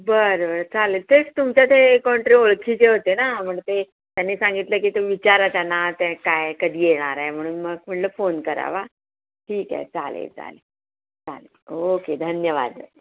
बरं बरं चालेल तेच तुमचं ते कोणतरी ओळखीचे होते ना म्हण ते त्यांनी सांगितलं की तू विचारा त्यांना ते काय कधी येणार आहे म्हणून मग म्हणलं फोन करावा ठीक आहे चालेल चालेल चालेल ओके धन्यवाद